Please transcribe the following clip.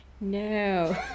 No